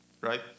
right